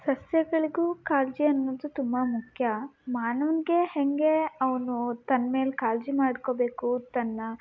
ಸಸ್ಯಗಳಿಗೂ ಕಾಳಜಿ ಅನ್ನೋದು ತುಂಬಾ ಮುಖ್ಯ ಮಾನವನಿಗೆ ಹೇಗೆ ಅವನು ತನ್ಮೇಲೆ ಕಾಳಜಿ ಮಾಡ್ಕೊಬೇಕು ತನ್ನ